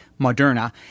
Moderna